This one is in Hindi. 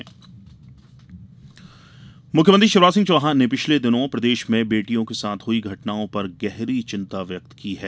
सीएम निर्देश मुख्यमंत्री शिवराज सिंह चौहान ने पिछले दिनों प्रदेश में बेटियों के साथ हुई घटनाओं पर गहरी चिंता व्यक्त की है